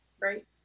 Right